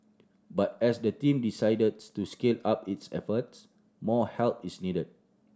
but as the team decides to scale up its efforts more help is needed